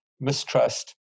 mistrust